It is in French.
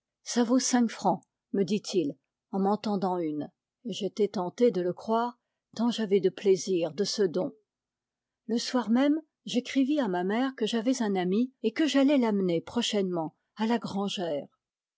ça vaut cinq francs me dit-il en m'en tendant une et j'étais tenté de le croire tant j'avais de plaisir de ce don le soir même j'écrivis à ma mère que j'avais un ami et que j'allais l'amener prochainement à la grangère